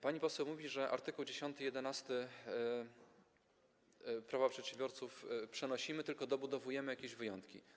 Pani poseł mówi, że art. 10 i art. 11 Prawa przedsiębiorców przenosimy, tylko dobudowujemy jakieś wyjątki.